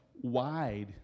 wide